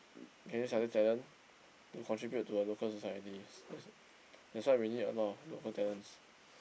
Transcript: can use other talent to contribute to the local societies that's that's why we need a lot of local talents